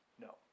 no